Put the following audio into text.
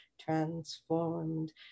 transformed